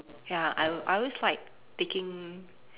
ya I I always like taking